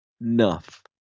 enough